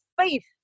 faith